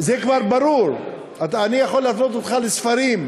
זה כבר ברור, אני יכול להפנות אותך לספרים.